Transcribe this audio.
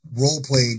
role-played